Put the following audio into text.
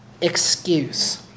excuse